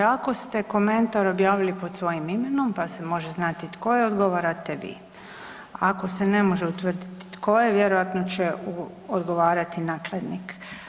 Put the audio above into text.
Ako ste komentar objavili pod svojim imenom pa se može znati tko je ogovarate vi, ako se ne može utvrditi tko je vjerojatno će odgovarati nakladnik.